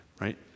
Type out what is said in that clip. right